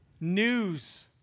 news